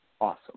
awesome